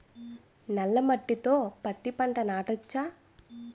నల్ల మట్టిలో పత్తి పంట నాటచ్చా?